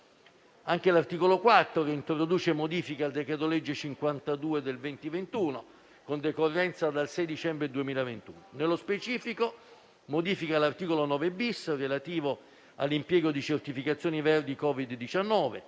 Anche l'articolo 4 introduce modifiche al decreto-legge n. 52 del 2021 con decorrenza dal 6 dicembre 2021. Nello specifico, modifica l'articolo 9-*bis* relativo all'impiego di certificazioni verdi Covid-19